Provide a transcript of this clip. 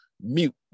mute